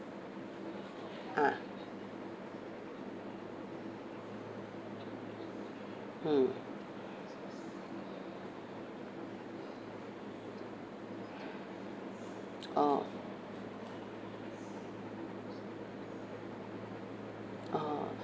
ah mm oh oh